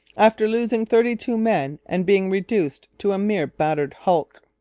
after losing thirty-two men and being reduced to a mere battered hulk.